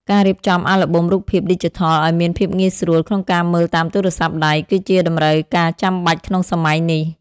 ការរៀបចំអាល់ប៊ុមរូបភាពឌីជីថលឱ្យមានភាពងាយស្រួលក្នុងការមើលតាមទូរស័ព្ទដៃ គឺជាតម្រូវការចាំបាច់ក្នុងសម័យនេះ។